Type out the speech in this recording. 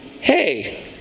hey